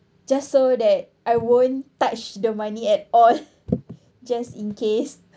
just so that I won't touch the money at all just in case